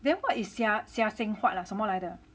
then what is seah seah seng huat ah 什么来的